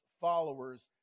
followers